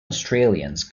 australians